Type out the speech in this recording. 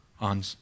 on